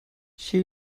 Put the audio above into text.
she